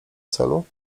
celu